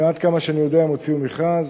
עד כמה שאני יודע הם הוציאו מכרז,